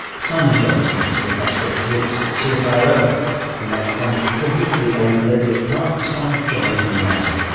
simon johnston, head of astrophysics at csiro. and that fond tribute to the old lady at parkes by jonathan nally